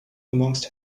amongst